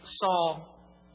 Saul